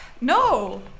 no